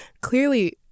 clearly